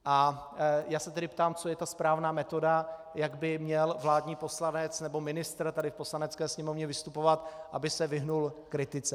A já se tedy ptám, co je ta správná metoda, jak by měl vládní poslanec nebo ministr tady v Poslanecké sněmovně vystupovat, aby se vyhnul kritice.